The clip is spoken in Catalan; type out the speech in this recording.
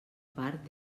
part